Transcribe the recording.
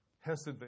Hesed